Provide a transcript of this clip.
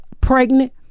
pregnant